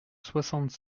soixante